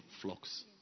flocks